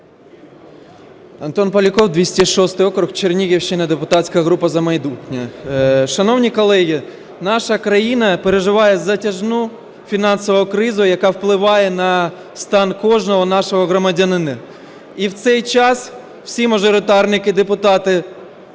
Антон Поляков, 206 округ, Чернігівщина, депутатська група "За майбутнє". Шановні колеги, наша країна переживає затяжну фінансову кризу, яка впливає на стан кожного нашого громадянина. І в цей час всі мажоритарники, депутати